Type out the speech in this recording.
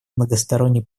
многосторонний